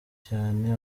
cyane